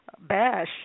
bash